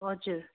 हजुर